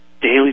daily